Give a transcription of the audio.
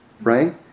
right